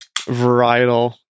varietal